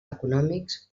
econòmics